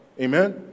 Amen